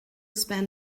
spend